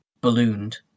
ballooned